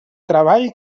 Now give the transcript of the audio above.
treball